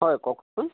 হয় কোকচোন